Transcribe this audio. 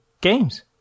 games